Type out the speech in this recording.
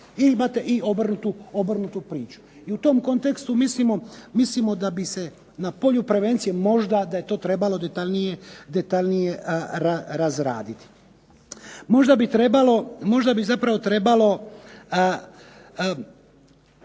I imate i obrnutu priču i u tom kontekstu mislimo da bi se na polju prevencije da je to trebalo detaljnije razraditi. Možda bi zapravo trebalo